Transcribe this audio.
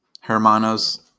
Hermanos